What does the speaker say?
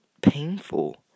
painful